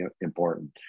important